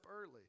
early